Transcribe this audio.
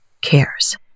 cares